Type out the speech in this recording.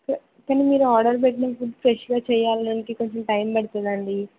కానీ మీరు ఆర్డర్ పెట్టిన ఫుడ్ ఫ్రెష్గా చేయాడానికి కొంచెం టైం పడుతుందండి